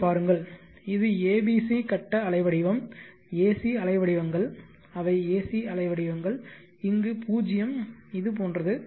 இதைப் பாருங்கள் இது abc கட்ட அலைவடிவம் ஏசி அலைவடிவங்கள் அவை ஏசி அலைவடிவங்கள் இங்கு 0 இது போன்றது